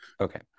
Okay